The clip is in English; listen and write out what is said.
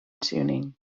tuning